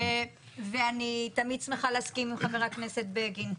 ואני תמיד שמחה להסכים עם חבר הכנסת בגין.